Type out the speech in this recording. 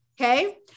Okay